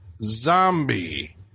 Zombie